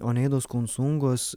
oneidos konsungos